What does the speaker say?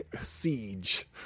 siege